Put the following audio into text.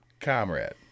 Comrade